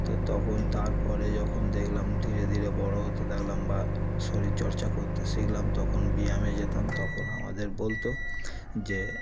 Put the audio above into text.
তো তখন তার পরে যখন দেখলাম ধীরে ধীরে বড় হতে থাকলাম বা শরীরচর্চা করতে শিখলাম তখন ব্যায়ামে যেতাম তখন আমাদের বলত যে